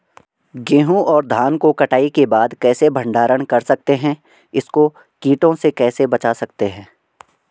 गेहूँ और धान को कटाई के बाद कैसे भंडारण कर सकते हैं इसको कीटों से कैसे बचा सकते हैं?